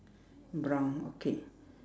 brown okay